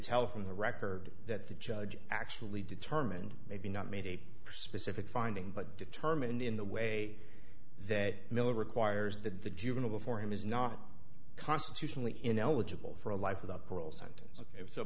tell from the record that the judge actually determined maybe not made a specific finding but determined in the way that miller requires that the juvenile before him is not constitutionally ineligible for a life without